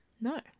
No